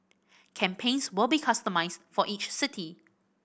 campaigns will be customised for each city